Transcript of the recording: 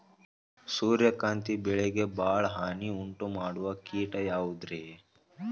ಸೂರ್ಯಕಾಂತಿ ಬೆಳೆಗೆ ಭಾಳ ಹಾನಿ ಉಂಟು ಮಾಡೋ ಕೇಟ ಯಾವುದ್ರೇ?